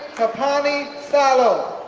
tapani salo